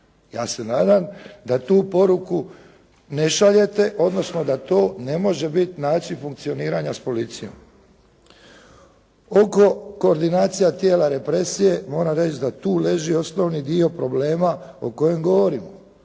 Ja se nadam da tu poruku ne šaljete, odnosno da to ne može biti način funkcioniranja sa policijom. Oko koordinacija tijela represije, moram reći da tu leži osnovni dio problema o kojem govorimo.